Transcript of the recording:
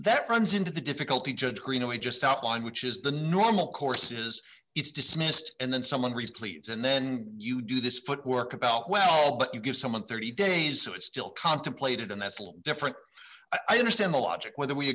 that runs into the difficulty judge greenaway just outlined which is the normal courses it's dismissed and then someone reads cleats and then you do this put work about well but you give someone thirty days so it's still contemplated and that's a little different i understand the logic whether we